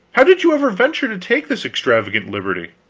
how did you ever venture to take this extravagant liberty?